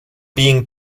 being